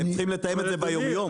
הם צריכים לתאם את זה ביום יום.